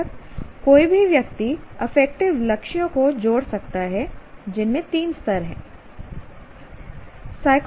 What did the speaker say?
बेशक कोई भी व्यक्ति अफेक्टिव लक्ष्यों को जोड़ सकता है जिनमें तीन स्तर हैं